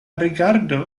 rigardo